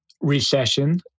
recession